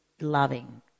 loving